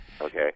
okay